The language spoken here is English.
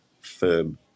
firm